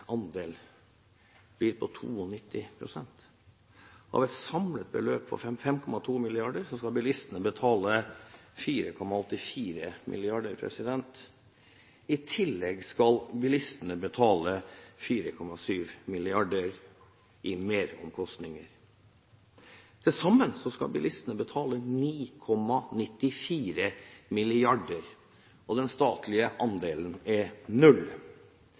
andel blir på 92 pst. Av et samlet beløp på 5,2 mrd. kr skal bilistene betale 4,84 mrd. kr. I tillegg skal bilistene betale 4,7 mrd. kr i meromkostninger. Til sammen skal bilistene betale 9,94 mrd. kr – og den statlige andelen er null.